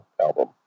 album